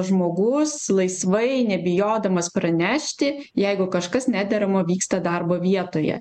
žmogus laisvai nebijodamas pranešti jeigu kažkas nederamo vyksta darbo vietoje